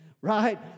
right